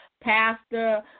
Pastor